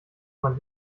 man